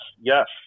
yes